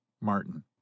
martin